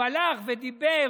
הוא הלך ודיבר,